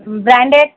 branded